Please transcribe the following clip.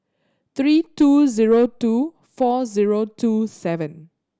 three two zero two four zero two seven